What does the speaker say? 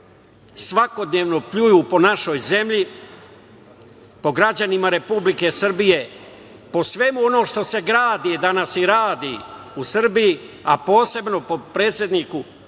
svakodnevno pljuju po našoj zemlji, po građanima Republike Srbije, po svemu onome što se gradi danas i radi u Srbiji, a posebno po predsedniku